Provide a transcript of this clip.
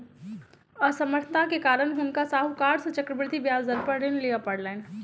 असमर्थता के कारण हुनका साहूकार सॅ चक्रवृद्धि ब्याज दर पर ऋण लिअ पड़लैन